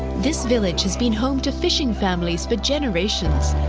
this village has been home to fishing families for generations.